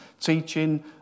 teaching